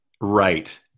right